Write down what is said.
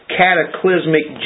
cataclysmic